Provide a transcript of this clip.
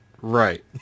Right